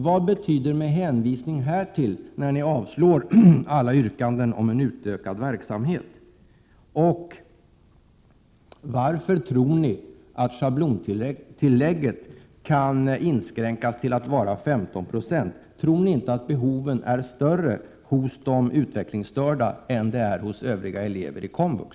Vad betyder ”med hänvisning härtill” när ni avstyrker alla yrkanden om utökad verksamhet? Varför tror ni att schablontillägget kan inskränkas till bara 15 96? Tror ni inte att behoven är större hos de utvecklingsstörda än hos övriga elever inom komvux?